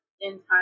in-time